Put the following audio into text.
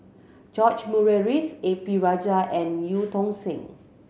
George Murray Reith A P Rajah and Eu Tong Sen